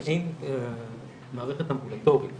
אם אין מערכת אמבולטורית